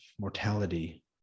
mortality